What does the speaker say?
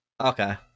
Okay